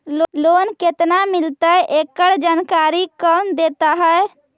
Loan केत्ना मिलतई एकड़ जानकारी कौन देता है?